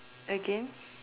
again